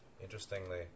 Interestingly